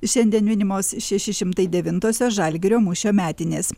šiandien minimos šeši šimtai devintosios žalgirio mūšio metinės